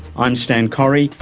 i'm stan correy,